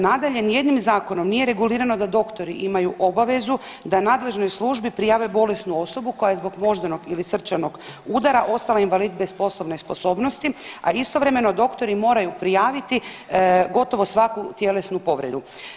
Nadalje, ni jednim zakonom nije regulirano da doktori imaju obavezu da nadležnoj službi prijave bolesnu osobu koja je zbog moždanog ili srčanog udara ostala invalid bez poslovne sposobnosti, a istovremeno doktori moraju prijaviti gotovo svaku tjelesnu povredu.